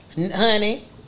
Honey